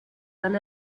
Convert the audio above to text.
than